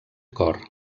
cor